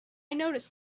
noticed